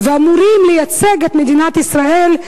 והם אמורים לייצג את מדינת ישראל,